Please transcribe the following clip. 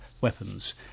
weapons